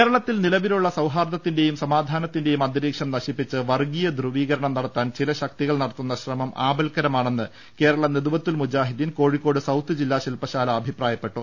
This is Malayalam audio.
കേരളത്തിൽ നിലവിലുള്ള സൌഹാർദ്ദത്തിന്റെയും സമാധാന ത്തിന്റെയും അന്തരീക്ഷം നശിപ്പിച്ച് വർഗീയ ധ്രുവീകരണം സൃഷ്ടിക്കാൻ ചില ശക്തികൾ നടത്തുന്ന ശ്രമം ആപൽക്കരമാ ണെന്ന് കേരള നദ്വത്തുൽ മുജാഹിദ്ദീൻ കോഴിക്കോട് സൌത്ത് ജില്ലാ ശിൽപ്പശാല അഭിപ്രായപ്പെട്ടു